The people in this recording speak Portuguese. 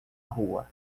rua